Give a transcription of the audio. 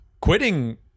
quitting